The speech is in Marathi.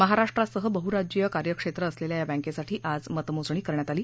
महाराष्ट्रासह बहुराज्यीय कार्यक्षेत्र असलेल्या या बँकेसाठी आज मतमोजणी करण्यात आली